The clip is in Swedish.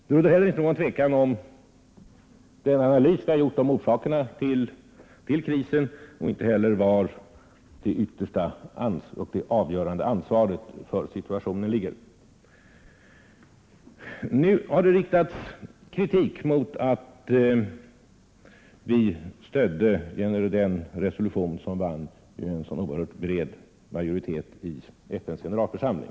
Det råder inte heller någon osäkerhet om den analys vi har gjort av orsakerna till krisen och inte heller någon tvekan om var det avgörande ansvaret för situationen ligger. Nu har kritik riktats mot att vi stödde den resolution som vann en så oerhört bred majoritet i FN:s generalförsamling.